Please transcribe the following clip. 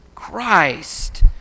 Christ